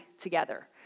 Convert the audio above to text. together